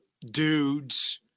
dudes